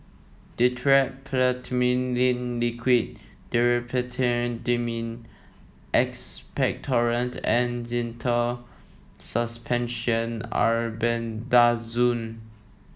Dimetapp Phenylephrine Liquid Diphenhydramine Expectorant and Zental Suspension Albendazole